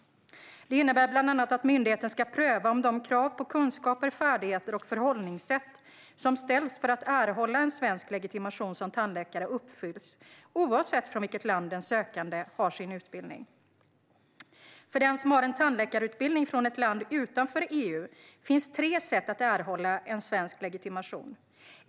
Det innebär bland annat att myndigheten ska pröva om de krav på kunskaper, färdigheter och förhållningssätt som ställs för att erhålla en svensk legitimation som tandläkare uppfylls oavsett från vilket land den sökande har sin utbildning. För den som har en tandläkarutbildning från ett land utanför EU finns tre sätt att erhålla en svensk legitimation.